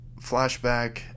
flashback